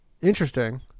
Interesting